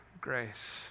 grace